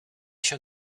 się